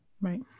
Right